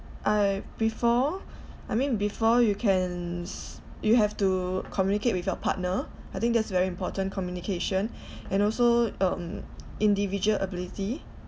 I before I mean before you can s~ you have to communicate with your partner I think that's very important communication and also um individual ability